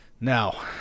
Now